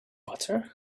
butter